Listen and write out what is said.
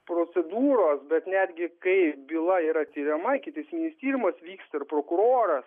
procedūros bet netgi kai byla yra tiriama ikiteisminis tyrimas vyksta ir prokuroras